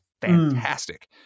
fantastic